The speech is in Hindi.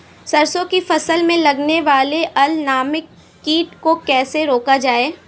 सरसों की फसल में लगने वाले अल नामक कीट को कैसे रोका जाए?